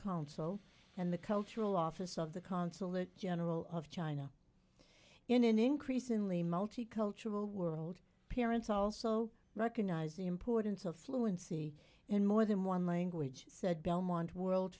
council and the cultural office of the consulate general of china in an increasingly multicultural world parents also recognize the importance of fluency in more than one language said belmont world